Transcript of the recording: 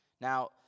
Now